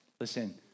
Listen